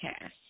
cash